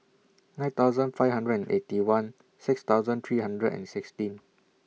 nine thousand five hundred and Eighty One six thousand three hundred and sixteen